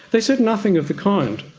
they said nothing of the kind.